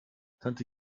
tante